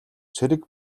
цэрэг